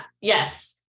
yes